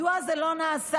מדוע זה לא נעשה?